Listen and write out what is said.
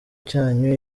cyanyu